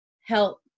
help